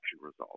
results